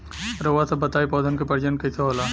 रउआ सभ बताई पौधन क प्रजनन कईसे होला?